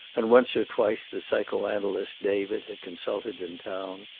and once or twice the psycho-analyst david had consulted in town,